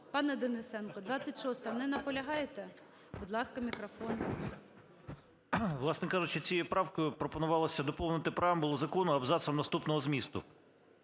Пане Денисенко, 26-а, не наполягаєте? Будь ласка, мікрофон. 13:31:48 ДЕНИСЕНКО В.І. Власне кажучи, цією правкою пропонувалося доповнити преамбулу закону абзацом наступного змісту: